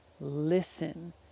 listen